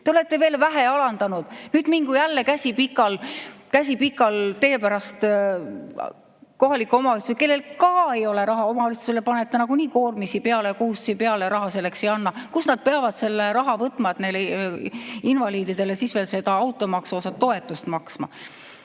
Te olete veel vähe alandanud! Nüüd mingu jälle, käsi pikal, teie pärast kohalikku omavalitsusse, kellel ka ei ole raha. Omavalitsustele panete nagunii koormisi ja kohustusi peale, aga raha selleks ei anna. Kust nad peavad selle raha võtma, et neile invaliididele veel automaksu jaoks toetust maksta?